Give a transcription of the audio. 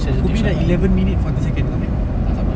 could be like eleven minutes forty seconds okay tak sama